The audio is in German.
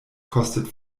kostet